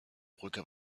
brücke